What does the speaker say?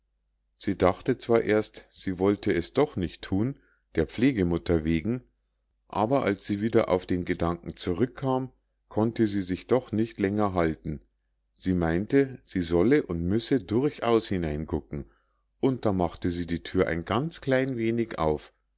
sie dachte zwar erst sie wollte es doch nicht thun der pflegemutter wegen aber als sie wieder auf den gedanken zurückkam konnte sie sich doch nicht länger halten sie meinte sie solle und müsse durchaus hineingucken und da machte sie die thür ein ganz klein wenig auf